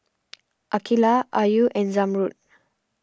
Aqeelah Ayu and Zamrud